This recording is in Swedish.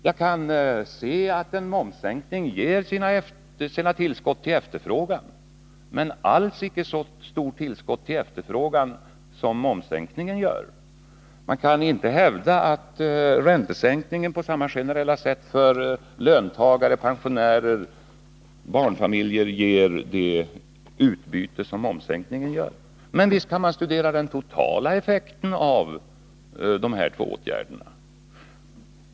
Jag kan se att räntesänkningen ger sina tillskott till efterfrågan — men alls icke så stora tillskott som momssänkningen ger. Man kaninte hävda att räntesänkningen på samma generella sätt ger det utbyte för löntagare, pensionärer, barnfamiljer osv. som momssänkningen ger. Men visst kan vi studera den totala effekten av de här två åtgärderna.